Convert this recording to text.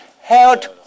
held